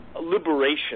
liberation